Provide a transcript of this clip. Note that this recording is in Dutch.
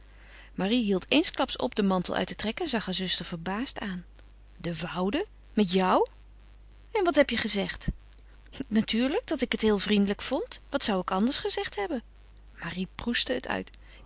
marie hield eensklaps op den mantel uit te trekken en zag haar zuster verbaasd aan de woude met jou en wat heb je gezegd natuurlijk dat ik het heel vriendelijk vond wat zou ik anders gezegd hebben marie proestte het uit